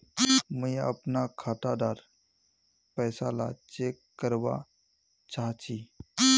मुई अपना खाता डार पैसा ला चेक करवा चाहची?